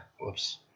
Whoops